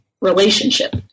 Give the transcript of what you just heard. relationship